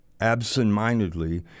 absentmindedly